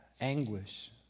anguish